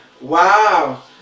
wow